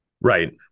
Right